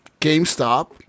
GameStop